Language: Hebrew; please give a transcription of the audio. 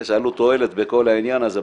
יש עלות-תועלת בכל העניין הזה,